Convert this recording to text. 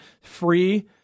free